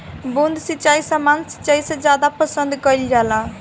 बूंद सिंचाई सामान्य सिंचाई से ज्यादा पसंद कईल जाला